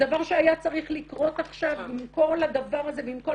הדבר שהיה צריך לקרות עכשיו עם כל הדבר הזה ועם כל